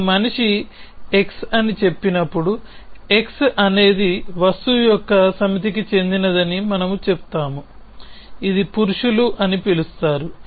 మీరు మనిషి x అని చెప్పినప్పుడు x అనేది వస్తువు యొక్క సమితికి చెందినదని మనము చెప్తాము ఇది పురుషులు అని పిలుస్తారు